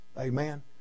Amen